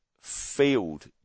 field